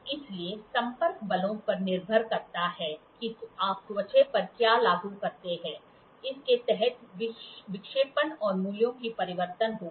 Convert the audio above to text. इसलिए संपर्क बलों पर निर्भर करता है कि आप त्वचा पर क्या लागू करते हैंइसके तहत विक्षेपण और मूल्यों में परिवर्तन होगा